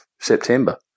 September